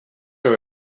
are